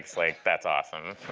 slick, that's awesome.